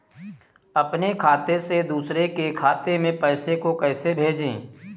अपने खाते से दूसरे के खाते में पैसे को कैसे भेजे?